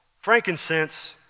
frankincense